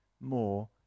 more